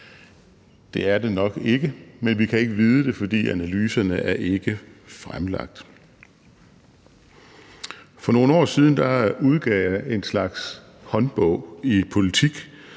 Det er det nok ikke, men vi kan ikke vide det, fordi analyserne ikke er fremlagt. For nogle år siden udgav jeg en slags håndbog i politik